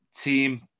Team